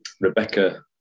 Rebecca